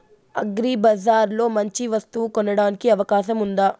అగ్రిబజార్ లో మంచి వస్తువు కొనడానికి అవకాశం వుందా?